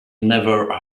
never